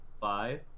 Five